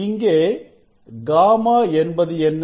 இங்கே γ என்பது என்ன